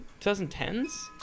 2010s